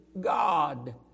God